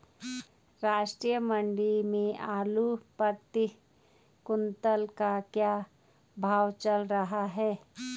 राष्ट्रीय मंडी में आलू प्रति कुन्तल का क्या भाव चल रहा है?